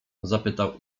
zapytał